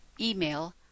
email